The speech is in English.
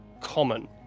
common